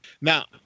Now